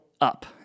up